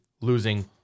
losing